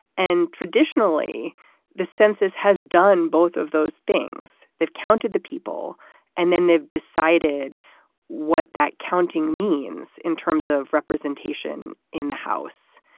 and traditionally the census has done both of those things. they've counted the people and then they've decided what that counting means in terms of representation in the house.